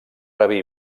rabí